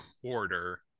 quarter